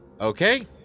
Okay